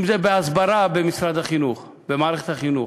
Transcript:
אם זה בהסברה במשרד החינוך, במערכת החינוך,